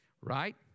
Right